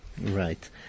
Right